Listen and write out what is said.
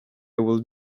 would